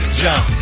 jump